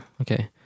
okay